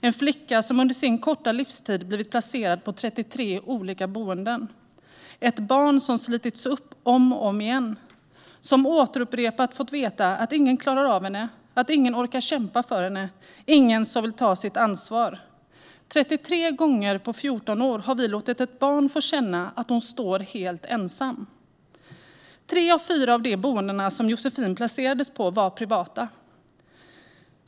En flicka som under sin korta livstid blivit placerad på 33 olika boenden. Ett barn som slitits upp om och om igen, som upprepade gånger fått veta att ingen klarar av henne, att ingen orkar kämpa för henne, att ingen vill ta sitt ansvar. 33 gånger på 14 år har vi låtit ett barn känna att hon står helt ensam. Tre av fyra av de boenden som Josefin placerades på var privata.